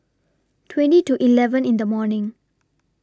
twenty to eleven in The morning